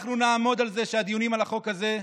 אנחנו נעמוד על זה שהדיונים על החוק הזה,